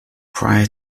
prior